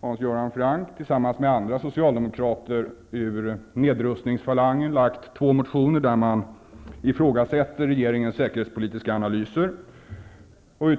Hans Göran Franck, tillsammans med andra socialdemokrater ur nedrustningsfalangen väckt två motioner där man ifrågasätter regeringens säkerhetspolitiska analyser.